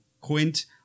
Quint